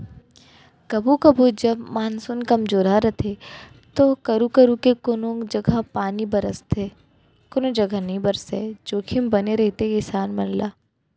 कभू कभू जब मानसून कमजोरहा रथे तो करू करू के कोनों जघा पानी बरसथे कोनो जघा नइ बरसय जोखिम बने रहिथे किसान मन ला